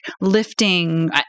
lifting